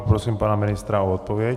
Poprosím pana ministra o odpověď.